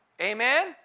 Amen